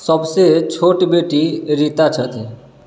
सभसे छोट बेटी रीता छथि